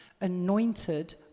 anointed